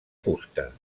fusta